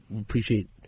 appreciate